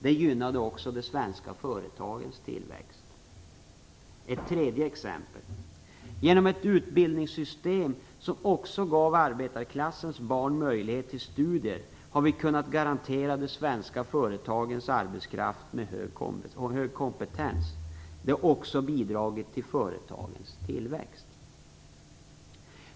Det gynnade också de svenska företagens tillväxt. För det tredje: Genom ett utbildningssystem som också gav arbetarklasssens barn möjlighet till studier har vi kunnat garantera de svenska företagens arbetskraft och hög kompetens. Detta har också bidragit till företagens tillväxt.